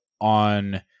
on